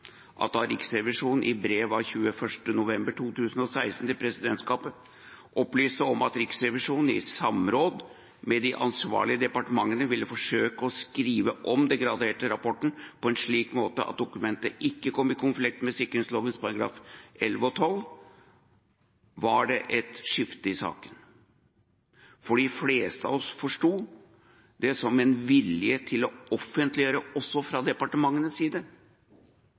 da Riksrevisjonen i brev av 21. november 2016 til presidentskapet opplyste om at Riksrevisjonen i samråd med de ansvarlige departementene ville forsøke å skrive om den graderte rapporten på en slik måte at dokumentet ikke kom i konflikt med sikkerhetsloven §§ 11 og 12, var det et skifte i saken. For de fleste av oss framsto det som en vilje til å offentliggjøre også fra departementenes side.